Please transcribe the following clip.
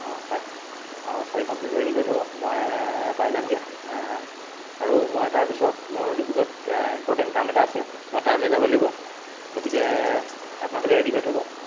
হয় চাৰিখন plate ready কৰি থ'ব মই পাই যামগৈ আৰু মই তাৰপিছত মোৰ ডিব্ৰুগড়ত ইম্পৰ্টেণ্ট কাম এটা আছে মই তালৈ যাব লাগিব গতিকে আপোনালোকে ৰেডি কৰি থ'ব